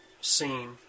scene